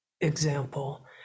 example